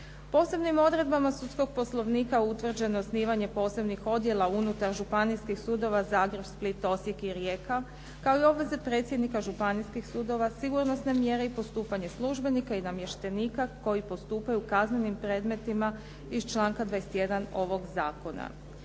Posebnim odredbama sudskog poslovnika utvrđeno je osnivanje posebnih odjela unutar županijskih sudova Zagreb, Split, Osijek i Rijeka kao i obveze predsjednika županijskih sudova, sigurnosne mjere i postupanje službenika i namještenika koji postupaju u kaznenim predmetima iz članka 21. ovog zakona.